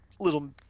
little